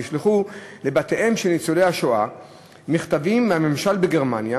נשלחו לבתיהם של ניצולי השואה מכתבים מהממשלה בגרמניה